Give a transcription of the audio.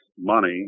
money